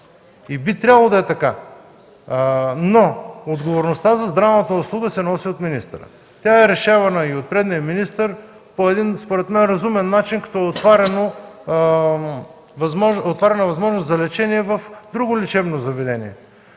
и би трябвало да е така, но отговорността за здравната услуга се носи от министъра. Тя е решавана и от предния министър по един, според мен, разумен начин, като е отваряна възможност за лечение в друго лечебно заведение.